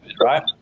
right